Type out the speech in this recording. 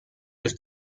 los